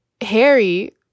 Harry